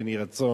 כן יהי רצון,